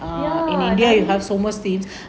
ya